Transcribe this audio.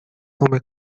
come